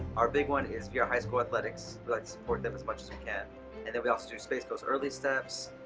our big one is for viera high school athletics but support them as much as we can and then we also do space coast early steps,